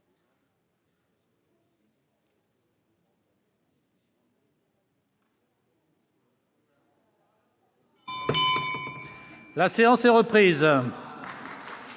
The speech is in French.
La séance est reprise.